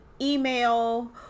email